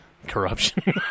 Corruption